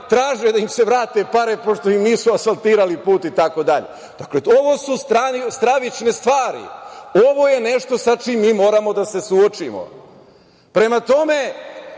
traže da im se vrate pare pošto im nisu asfaltirali put itd. Dakle, ovo su stravične stvari, ovo je nešto sa čim mi moramo da se suočimo. Prema tome,